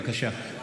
פוגענית,